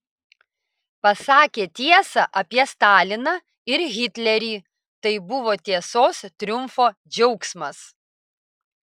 pasakė tiesą apie staliną ir hitlerį tai buvo tiesos triumfo džiaugsmas